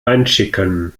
einschicken